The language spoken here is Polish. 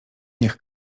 niech